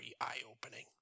eye-opening